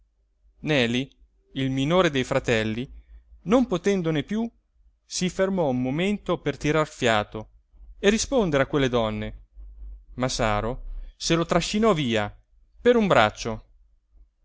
neli il minore dei fratelli non potendone piú si fermò un momento per tirar fiato e rispondere a quelle donne ma saro se lo trascinò via per un braccio